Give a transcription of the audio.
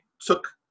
took